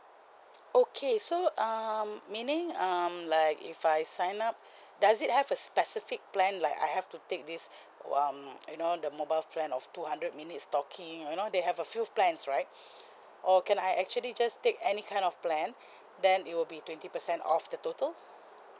okay so um meaning um like if I sign up does it have a specific plan like I have to take this um you know the mobile plan of two hundred minutes talking you know they have a few plans right or can I actually just take any kind of plan then it will be twenty percent off the total